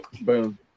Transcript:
Boom